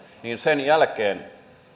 minkä jälkeen